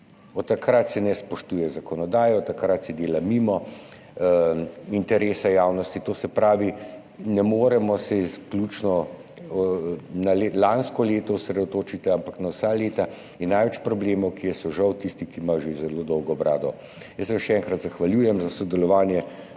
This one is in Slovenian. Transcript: Od takrat se ne spoštuje zakonodaje, od takrat se dela mimo interesa javnosti. To se pravi, ne moremo se izključno na lansko leto osredotočiti, ampak na vsa leta. In največ problemov, ki so, je žal tistih, ki imajo že zelo dolgo brado. Jaz se vam še enkrat zahvaljujem za sodelovanje